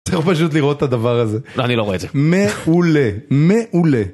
‫צריך פשוט לראות את הדבר הזה. ‫-אני לא רואה את זה. ‫מעולה. מעולה.